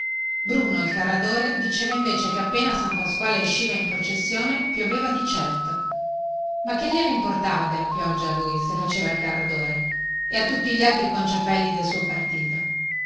bruno il carradore diceva invece che quando san pasquale esciva in processione pioveva di certo ma che gliene importava della pioggia a lui se faceva il carradore e a tutti gli altri conciapelli del suo partito